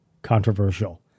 controversial